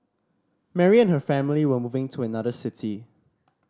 Mary and her family were moving to another city